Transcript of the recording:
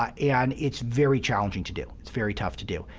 ah and it's very challenging to do it's very tough to do.